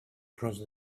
crossed